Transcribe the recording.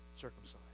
circumcised